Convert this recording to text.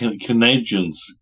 Canadians